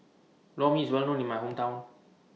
Lor Mee IS Well known in My Hometown